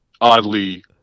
oddly